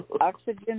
Oxygen